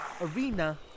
Arena